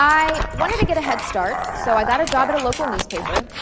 i wanted to get a headstart, so i got a job at a local newspaper,